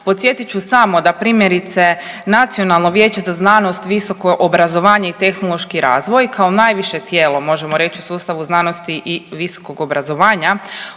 Podsjetit ću samo da primjerice Nacionalno vijeće za znanost, visoko obrazovanje i tehnološki razvoj kao najviše tijelo, možemo reći u sustavu znanosti i visokog obrazovanja